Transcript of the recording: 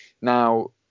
Now